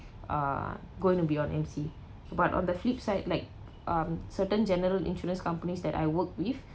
uh going to be on M_C but on the flip side like um certain general insurance companies that I work with